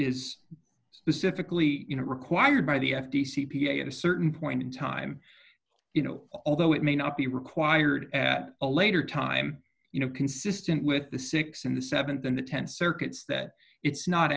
is specifically you know required by the f t c p a at a certain point in time you know although it may not be required at a later time you know consistent with the six and the th and the th circuits that it's not